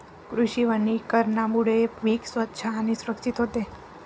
कृषी वनीकरणामुळे पीक स्वच्छ आणि सुरक्षित होते